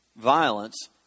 violence